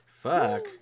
Fuck